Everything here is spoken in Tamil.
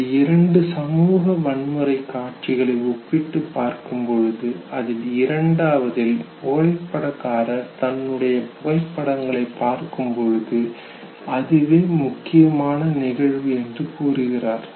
இந்த இரண்டு சமூக வன்முறை காட்சிகளை ஒப்பிட்டுப் பார்க்கும்போது அதில் இரண்டாவதில் புகைப்படக்காரர் தன்னுடைய புகைப்படங்களை பார்க்கும் பொழுது அதுவே முக்கியமான நிகழ்வு என்று கூறுகிறார்